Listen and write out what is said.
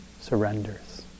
surrenders